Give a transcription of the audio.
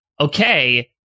okay